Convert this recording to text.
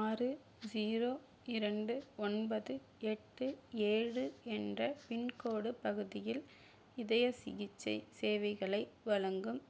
ஆறு ஜீரோ இரண்டு ஒன்பது எட்டு ஏழு என்ற பின்கோடு பகுதியில் இதய சிகிச்சை சேவைகளை வழங்கும்